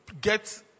Get